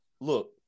look